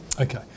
Okay